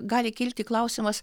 gali kilti klausimas